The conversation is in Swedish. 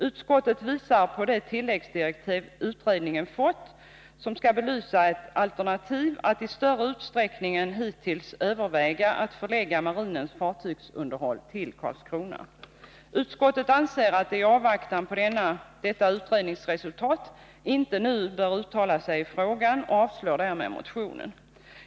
Utskottet visar på de tilläggsdirektiv utredningen fått, som skall belysa ett alternativ att i större utsträckning än hittills överväga att förlägga marinens fartygsunderhåll till Karlskrona. Utskottet anser att man i avvaktan på detta utredningsresultat inte nu bör uttala sig i frågan och avstyrker därmed motionen.